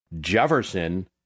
Jefferson